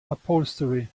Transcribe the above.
upholstery